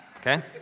Okay